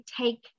take